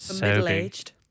middle-aged